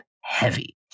heavy